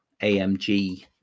AMG